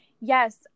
Yes